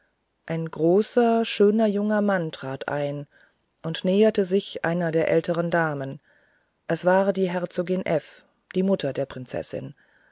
ein großer schöner junger mann trat ein und näherte sich einer der älteren damen es war die herzogin f die mutter der prinzessin